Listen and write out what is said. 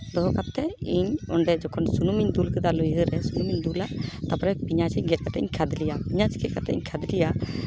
ᱫᱚᱦᱚ ᱠᱟᱛᱮᱜ ᱤᱧ ᱚᱸᱰᱮ ᱡᱚᱠᱷᱚᱱ ᱥᱩᱱᱩᱢ ᱤᱧ ᱫᱩᱞ ᱠᱮᱫᱟ ᱞᱩᱭᱦᱟᱹ ᱨᱮ ᱥᱩᱱᱩᱢ ᱤᱧ ᱫᱩᱞᱟ ᱛᱟᱨᱯᱚᱨᱮ ᱯᱮᱸᱭᱟᱡᱽ ᱤᱧ ᱜᱮᱛ ᱠᱟᱛᱮᱜ ᱤᱧ ᱠᱷᱟᱫᱽᱞᱮᱭᱟ ᱯᱮᱸᱭᱟᱡᱽ ᱜᱮᱛ ᱠᱟᱛᱮᱜ ᱤᱧ ᱠᱷᱟᱫᱽᱞᱮᱭᱟ